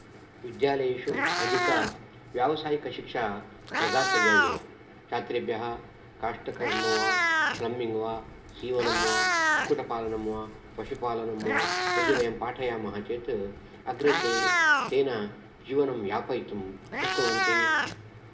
विद्यालयेषु अधिका व्यावसायिकशिक्षा प्रदातव्या एव छात्रेभ्यः काष्ठकर्मो वा प्लम्बिङ्ग वा सीवनं वा कुक्कुटपालनं वा पशुपालनं वा यदि वयं पाठयामः चेत् अग्रे ते तेन जीवनं यापयितुं शक्नुवन्ति